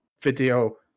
video